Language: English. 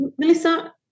Melissa